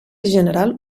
general